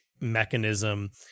mechanism